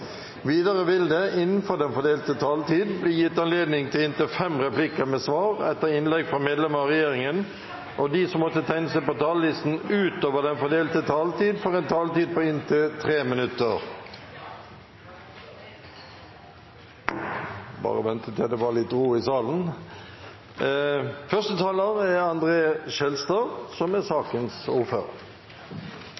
Videre vil det – innenfor den fordelte taletid – bli gitt anledning til inntil fem replikker med svar etter innlegg fra medlemmer av regjeringen, og de som måtte tegne seg på talerlisten utover den fordelte taletid, får også en taletid på inntil 3 minutter. Målet med regionreformen var å gjøre fylkeskommunene mer relevante. Den skulle få velgerne mer engasjert i hva som